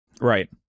Right